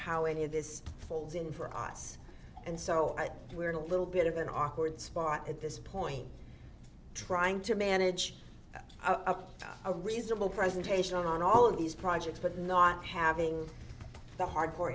how any of this folds in for us and so i we're in a little bit of an awkward spot at this point trying to manage a reasonable presentation on all of these projects but not having the hard core